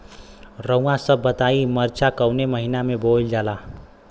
रउआ सभ बताई मरचा कवने महीना में बोवल जाला?